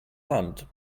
hand